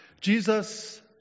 Jesus